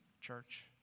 church